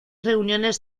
reuniones